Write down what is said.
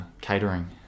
catering